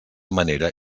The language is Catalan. manera